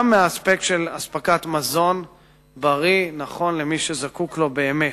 גם באספקט של אספקת מזון בריא ונכון למי שזקוק לו באמת.